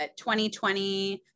2020